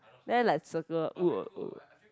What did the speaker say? then like circle